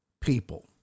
people